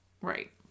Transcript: Right